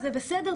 זה בסדר.